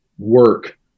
work